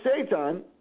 Satan